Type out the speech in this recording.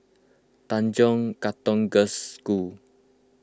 Tanjong Katong Girls' School